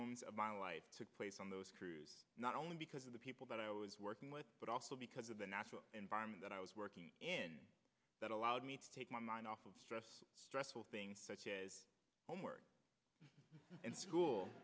moments of my life took place on those not only because of the people that i was working with but also because of the natural environment that i was working in that allowed me to take my mind off of stress stressful things such as homework and school